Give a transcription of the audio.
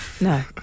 No